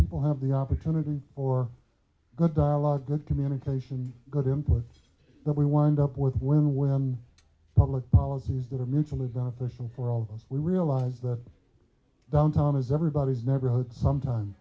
people have the opportunity or good dialogue good communication good inputs that we wind up with when when public policies that are mutually beneficial for all of us we realize that downtime is everybody's never wrote sometime